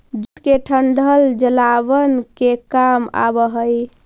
jute के डंठल जलावन के काम भी आवऽ हइ